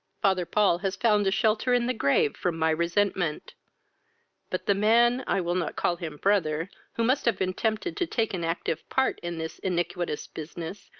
father paul has found a shelter in the grave from my resentment but the man, i will not call him brother, who must have been tempted to take an active part in this iniquitous business,